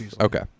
Okay